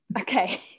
Okay